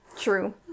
True